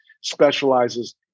specializes